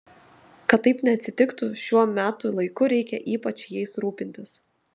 kad taip neatsitiktų šiuo metų laiku reikia ypač jais rūpintis